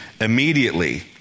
immediately